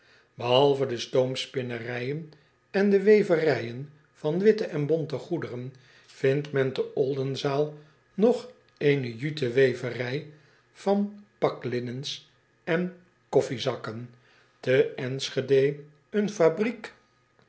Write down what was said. ehalve de stoomspinnerijen en de weverijen van witte en bonte goederen vindt men te ldenzaal nog eene jutte weverij van paklinnens en koffijzakken te nschede een fabriek